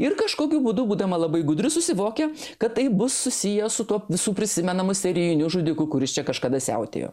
ir kažkokiu būdu būdama labai gudri susivokia kad tai bus susiję su tuo visų prisimenamu serijiniu žudiku kuris čia kažkada siautėjo